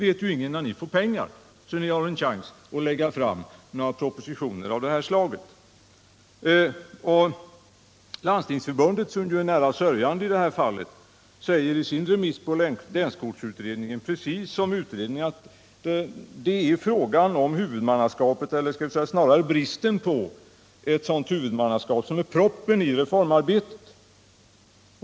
Ingen vet ju när ni får pengar för att lägga fram några propositioner i de frågorna. Landstingsförbundet, som ju är närmast sörjande i detta fall, säger i sitt remissyttrande över länskortsutredningens förslag precis som utredningen att det är frågan om huvudmannaskapet — eller snarare bristen på ett sådant — som är proppen i reformarbetet.